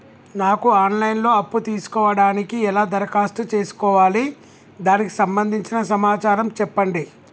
నాకు online లో అప్పు తీసుకోవడానికి ఎలా దరఖాస్తు చేసుకోవాలి దానికి సంబంధించిన సమాచారం చెప్పండి?